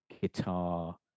guitar